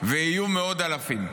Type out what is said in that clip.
ויהיו מאות אלפים.